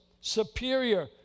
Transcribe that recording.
superior